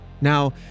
Now